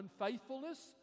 unfaithfulness